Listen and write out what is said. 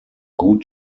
gut